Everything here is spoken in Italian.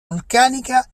vulcanica